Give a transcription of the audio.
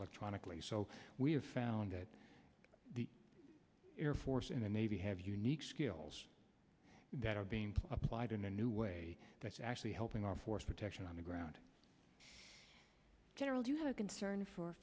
electronically so we have found that the air force and the navy have unique skills that are being applied in a new way that's actually helping our force protection on the ground general do you have a concern for